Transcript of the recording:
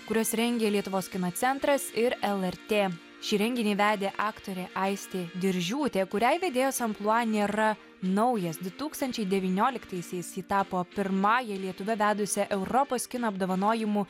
kuriuos rengė lietuvos kino centras ir lrt šį renginį vedė aktorė aistė diržiūtė kuriai vedėjos amplua nėra naujas du tūkstančiai devynioliktaisiais ji tapo pirmąja lietuve vedusia europos kino apdovanojimų